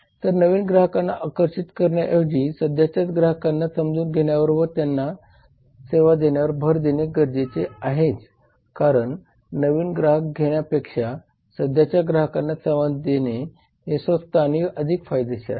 तर नवीन ग्राहकांना आकर्षित करण्याऐवजी सध्याच्याच ग्राहकांना समजून घेण्यावर व त्यांनाच सेवा देण्यावर भर देणे गरजेचे आहे कारण नवीन ग्राहक घेण्यापेक्षा सध्याच्या ग्राहकांना सेवा देणे स्वस्त आणि अधिक फायदेशीर आहे